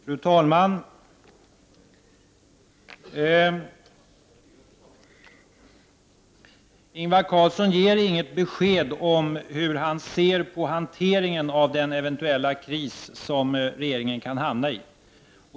Fru talman! Ingvar Carlsson ger inget besked om hur han ser på hanteringen av den eventuella kris som regeringen kan hamnaii.